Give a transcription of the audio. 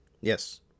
yes